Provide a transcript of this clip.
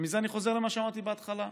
ומזה אני חוזר למה שאמרתי בהתחלה: